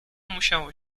musiało